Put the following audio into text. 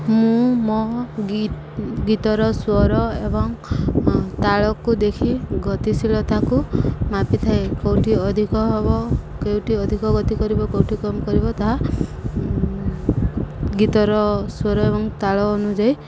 ମୁଁ ମୋ ଗୀତର ସ୍ୱର ଏବଂ ତାଳକୁ ଦେଖି ଗତିଶୀଳତାକୁ ମାପିଥାଏ କେଉଁଠି ଅଧିକ ହବ କେଉଁଠି ଅଧିକ ଗତି କରିବ କେଉଁଠି କମ୍ କରିବ ତାହା ଗୀତର ସ୍ୱର ଏବଂ ତାଳ ଅନୁଯାୟୀ